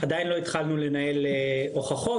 עדיין לא התחלנו לנהל הוכחות,